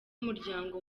umuryango